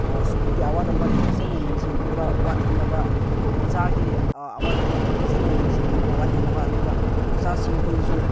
ꯁ꯭ꯀꯨꯜꯒꯤ ꯑꯋꯥꯠ ꯑꯄꯥꯗꯣ ꯐꯖꯅ ꯌꯦꯡꯁꯤꯟꯕꯤꯕ ꯋꯥꯠꯍꯟꯗꯕ ꯑꯗꯨ ꯑꯣꯖꯥꯒꯤ ꯑꯋꯥꯠ ꯑꯄꯥꯗꯣ ꯐꯖꯅ ꯌꯦꯡꯁꯤꯟꯕꯤꯕ ꯋꯥꯠꯍꯟꯗꯕ ꯑꯗꯨꯒ ꯑꯣꯖꯥꯁꯤꯡ ꯈꯣꯏꯅꯁꯨ